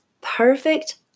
perfect